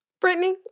Brittany